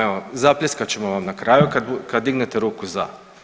Evo zapljeskat ćemo vam na kraju kad dignete ruku za.